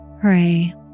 pray